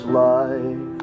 life